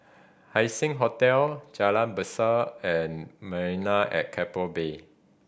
Haising Hotel Jalan Berseh and Marina at Keppel Bay